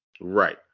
Right